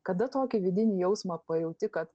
kada tokį vidinį jausmą pajauti kad